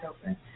open